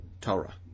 Torah